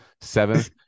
seventh